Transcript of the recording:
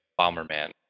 Bomberman